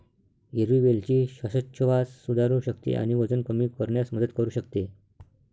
हिरवी वेलची श्वासोच्छवास सुधारू शकते आणि वजन कमी करण्यास मदत करू शकते